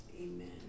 amen